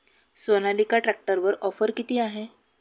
सोनालिका ट्रॅक्टरवर ऑफर किती आहे?